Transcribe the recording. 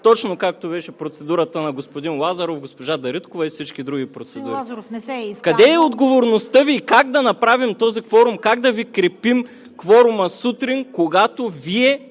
точно както беше процедурата на господин Иванов, госпожа Дариткова и всички други процедури. Къде е отговорността Ви и как да направим този кворум, как да Ви крепим кворума сутрин, когато Вие